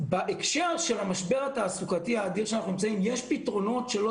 בהקשר של המשבר התעסוקתי האדיר שאנחנו נמצאים בו יש פתרונות שלא